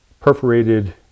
perforated